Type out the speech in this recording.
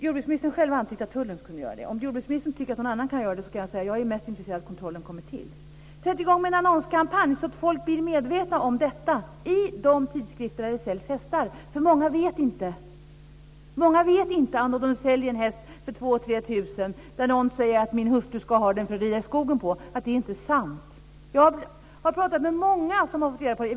Jordbruksministern själv antydde att tullen kunde göra det. Om jordbruksministern tycker att någon annan kan göra det, vill jag säga att jag är mest intresserad av att kontrollen kommer till stånd. Sätt i gång med en annonskampanj i de tidskrifter där det säljs hästar så att folk blir medvetna om detta! Många vet inte detta. Man säljer kanske en häst för 2 000-3 000 till någon som säger att hans hustru ska ha den för att rida i skogen på, men det är inte sant. Jag har pratat med många som har fått reda på detta.